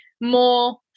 more